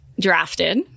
drafted